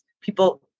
People